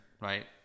right